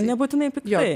nebūtinai piktai